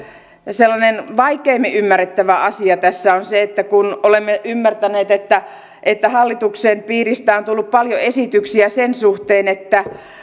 sellainen vaikeimmin ymmärrettävä asia tässä on se että kun olemme ymmärtäneet että että hallituksen piiristä on tullut paljon esityksiä sen suhteen että